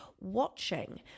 watching